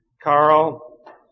Carl